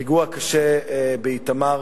הפיגוע הקשה באיתמר.